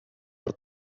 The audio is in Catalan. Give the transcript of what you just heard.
per